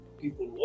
people